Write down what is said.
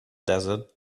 desert